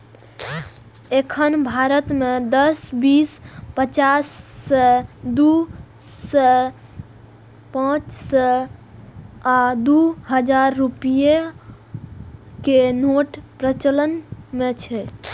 एखन भारत मे दस, बीस, पचास, सय, दू सय, पांच सय आ दू हजार रुपैया के नोट प्रचलन मे छै